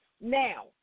Now